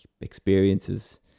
experiences